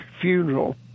funeral